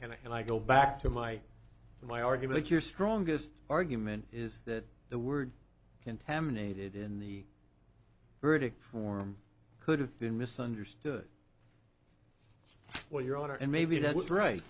panic and i go back to my my argument your strongest argument is that the word contaminated in the verdict form could have been misunderstood or your honor and maybe that's right